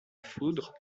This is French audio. foudre